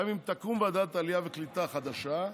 גם אם תקום ועדת עלייה וקליטה חדשה,